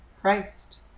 Christ